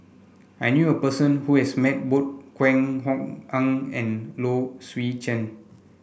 I knew a person who has met both Kwek Hong Png and Low Swee Chen